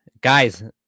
Guys